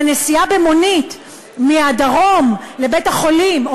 והנסיעה במונית מהדרום לבית-החולים או